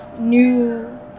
new